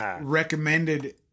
recommended